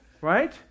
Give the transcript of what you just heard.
Right